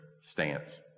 stance